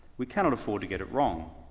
we cannot afford to get it wrong.